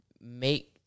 make